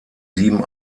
sieben